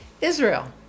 Israel